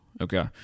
Okay